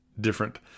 different